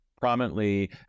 prominently